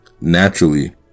naturally